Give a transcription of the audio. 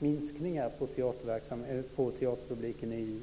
i många fall är minskningar i teaterpubliken.